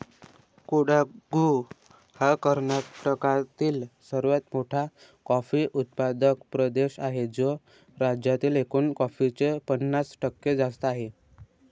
कोडागु हा कर्नाटकातील सर्वात मोठा कॉफी उत्पादक प्रदेश आहे, जो राज्यातील एकूण कॉफीचे पन्नास टक्के जास्त आहे